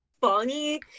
funny